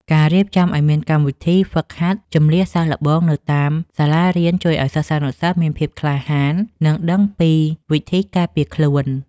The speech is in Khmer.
ការរៀបចំឱ្យមានកម្មវិធីហ្វឹកហាត់ជម្លៀសសាកល្បងនៅតាមសាលារៀនជួយឱ្យសិស្សានុសិស្សមានភាពក្លាហាន និងដឹងពីវិធីការពារខ្លួន។